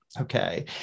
Okay